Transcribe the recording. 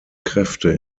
kräfte